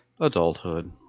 Adulthood